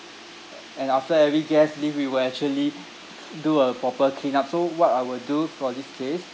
and after every guest leave we will actually do a proper cleanup so what I would do for this case